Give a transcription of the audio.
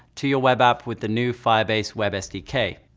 to your web app with the new firebase web sdk.